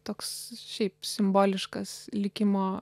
toks šiaip simboliškas likimo